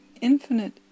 infinite